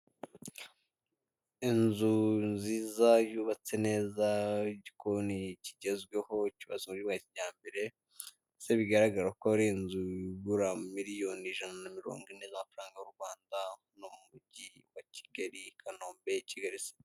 Inzu nziza yubatse neza igikoni kigezweho cyubatswe mu buryo bwa kijyambere mbese bigaragara ko ari inzu igura miriyoni ijana na mirongo ine z'amafaranga y'urwanda hano mu mugi wa Kigali i Kanombe Kigali siti.